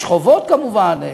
יש חובות כמובן,